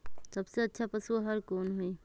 सबसे अच्छा पशु आहार कोन हई?